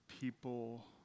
people